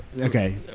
Okay